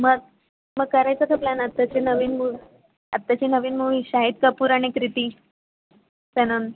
मग मग करायचा का प्लॅन आताच्या नवीन मुवी आताची नवीन मुवी शाहीद कपूर आणि क्रिती सेनन